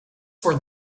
for